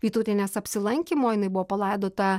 vytautienės apsilankymo jinai buvo palaidota